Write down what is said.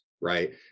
right